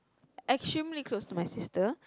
extremely close to my sister